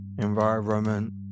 environment